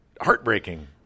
heartbreaking